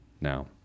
now